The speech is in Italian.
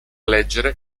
leggere